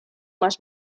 más